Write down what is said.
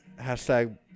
Hashtag